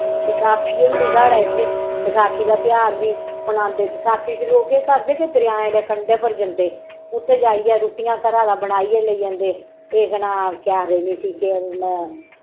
बसाखी होंदी साढ़े इत्थै बसाखी दा तेहार बी मनांदे बसाखी च लोक केह् करदे के दरेआएं दे कंढै जंदे उत्थै जाइयै रुट्टियां घरा दा बनाइयै लेइ जंदे ए केह् नां आखदे इस्सी के म